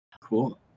Cool